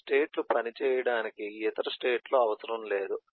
ఈ స్టేట్ లు పనిచేయడానికి ఇతర స్టేట్ లు అవసరం లేదు